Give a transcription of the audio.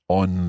on